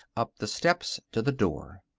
up the steps to the door.